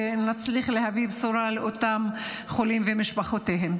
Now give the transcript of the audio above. ונצליח להביא בשורה לאותם חולים ומשפחותיהם.